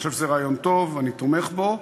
אני חושב שזה רעיון טוב, אני תומך בו.